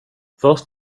först